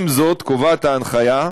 עם זאת, קובעת ההנחיה,